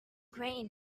grain